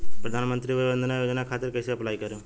प्रधानमंत्री वय वन्द ना योजना खातिर कइसे अप्लाई करेम?